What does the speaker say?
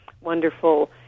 wonderful